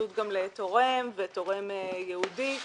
התייחסות גם לתורם ולתורם ייעודי,